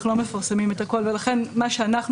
אנחנו לא מפרסמים את הכול ולכן מה שאנחנו